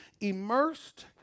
immersed